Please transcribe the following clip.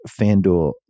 FanDuel